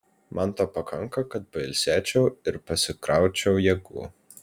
man to pakanka kad pailsėčiau ir pasikraučiau jėgų